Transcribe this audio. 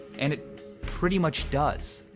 and it pretty much does.